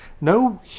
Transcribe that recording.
no